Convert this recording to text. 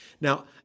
Now